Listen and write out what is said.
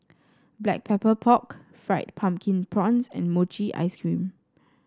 Black Pepper Pork Fried Pumpkin Prawns and Mochi Ice Cream